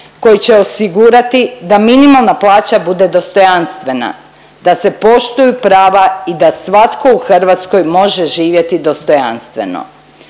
koji će osigurati da minimalna plaća bude dostojanstvena, da se poštuju prava i da svatko u Hrvatskoj može živjeti dostojanstveno.